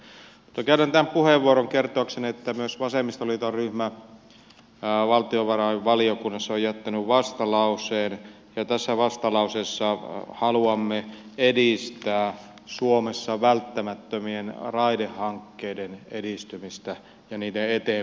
mutta käytän tämän puheenvuoroni kertoakseni että myös vasemmistoliiton ryhmä valtiovarainvaliokunnassa on jättänyt vastalauseen ja tässä vastalauseessa haluamme edistää suomessa välttämättömien raidehankkeiden edistymistä ja niiden eteenpäinmenoa